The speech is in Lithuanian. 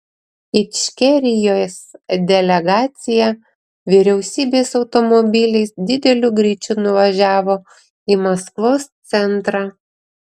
ičkerijos delegacija vyriausybės automobiliais dideliu greičiu nuvažiavo į maskvos centrą